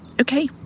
Okay